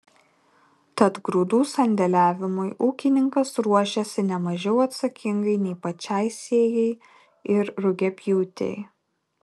tad grūdų sandėliavimui ūkininkas ruošiasi ne mažiau atsakingai nei pačiai sėjai ir rugiapjūtei